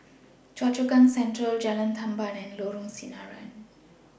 Choa Chu Kang Central Jalan Tamban and Lorong Sinaran